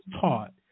taught